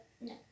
no